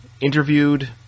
interviewed